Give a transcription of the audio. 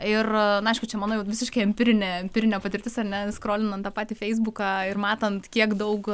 ir na aišku čia mano jau visiškai empirinė empirinė patirtis ar ne skrolinant tą patį feisbuką ir matant kiek daug